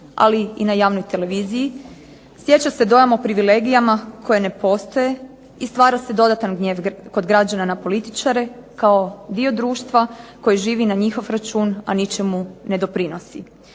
ali i na javnoj televiziji stječe se dojam o privilegijama koje ne postoje i stvara se dodatan gnjev kod građana na političare kao dio društva koji živi na njihov račun, a ničemu ne doprinosi.